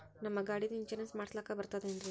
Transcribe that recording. ನಮ್ಮ ಗಾಡಿದು ಇನ್ಸೂರೆನ್ಸ್ ಮಾಡಸ್ಲಾಕ ಬರ್ತದೇನ್ರಿ?